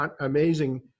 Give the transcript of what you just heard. amazing